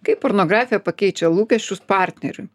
kaip pornografija pakeičia lūkesčius partneriui